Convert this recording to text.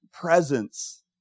presence